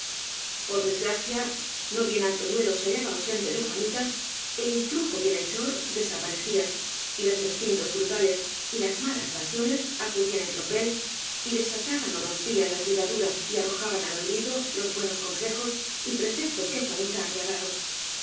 por desgracia no bien antoñuelo se hallaba ausente de juanita el influjo bienhechor desaparecía y los instintos brutales y las malas pasiones acudían en tropel y desataban ó rompían las ligaduras y arro jaban al olvido los buenos consejos y preceptos que juanita había dado